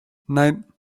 nein